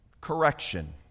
correction